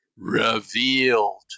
Revealed